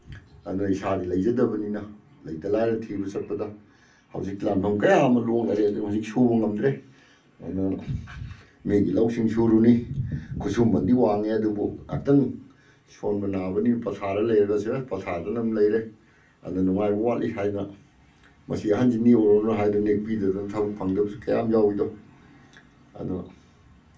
ꯑꯗꯨꯅ ꯏꯁꯥꯗꯤ ꯂꯩꯖꯗꯕꯅꯤꯅ ꯂꯩꯇ ꯂꯥꯏꯔ ꯊꯤꯕ ꯆꯠꯄꯗ ꯍꯧꯖꯤꯛ ꯂꯥꯟꯐꯝ ꯀꯌꯥ ꯑꯃ ꯂꯣꯡꯅꯔꯦ ꯑꯗꯨꯅ ꯁꯨꯕ ꯉꯝꯗ꯭ꯔꯦ ꯑꯗꯨꯅ ꯃꯤꯒꯤ ꯂꯧꯁꯤꯡ ꯁꯨꯔꯨꯅꯤ ꯈꯨꯠꯁꯨꯃꯟꯗꯤ ꯋꯥꯡꯉꯦ ꯑꯗꯨꯕꯨ ꯉꯥꯛꯇꯪ ꯁꯣꯟꯕ ꯅꯥꯕꯅꯤꯅ ꯄꯣꯊꯥꯔ ꯂꯩꯔꯁꯤꯔꯥꯅ ꯄꯣꯊꯥꯗꯨꯅ ꯑꯗꯨꯝ ꯂꯩꯔꯦ ꯑꯗꯨꯅ ꯅꯨꯡꯉꯥꯏꯕ ꯋꯥꯠꯂꯤ ꯍꯥꯏꯗꯅ ꯃꯁꯤ ꯑꯍꯟꯁꯤ ꯅꯦꯛꯎꯔꯅꯨ ꯍꯥꯏꯗꯅ ꯅꯦꯛꯄꯤꯗꯗꯅ ꯊꯕꯛ ꯐꯪꯗꯕꯁꯨ ꯀꯌꯥ ꯑꯃ ꯌꯥꯎꯋꯤꯗꯣ ꯑꯗꯣ